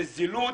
זו זילות